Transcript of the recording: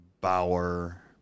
Bauer